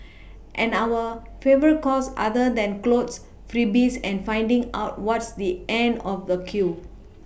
and our favourite cause other than clothes freebies and finding out what's the end of the queue